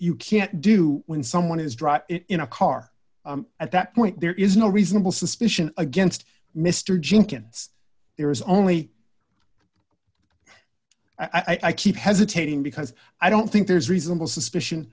you can't do when someone is drop in a car at that point there is no reasonable suspicion against mr jenkins there is only i keep hesitating because i don't think there's reasonable suspicion